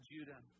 Judah